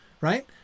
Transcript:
Right